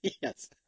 Yes